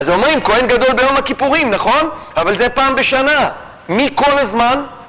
אז אומרים כהן גדול ביום הכיפורים נכון? אבל זה פעם בשנה מי כל הזמן?